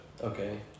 Okay